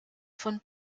von